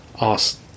ask